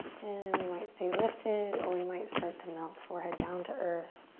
and we might stay lifted or we might start to melt forehead down to earth.